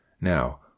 Now